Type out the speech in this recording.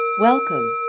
Welcome